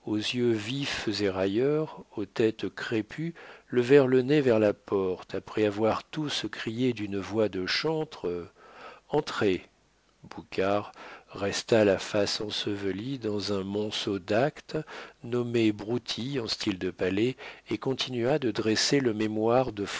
yeux vifs et railleurs aux têtes crépues levèrent le nez vers la porte après avoir tous crié d'une voix de chantre entrez boucard resta la face ensevelie dans un monceau d'actes nommés broutille en style de palais et continua de dresser le mémoire de